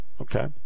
Okay